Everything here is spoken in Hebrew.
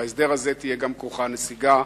בהסדר הזה תהיה כרוכה גם הנסיגה,